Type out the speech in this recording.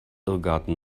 irrgarten